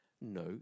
No